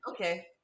Okay